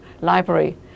library